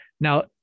Now